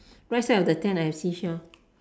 right side of the tent I have seashell